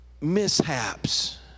mishaps